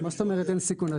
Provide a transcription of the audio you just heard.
מה זאת אומרת אין סיכון?